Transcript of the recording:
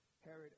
Herod